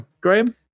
Graham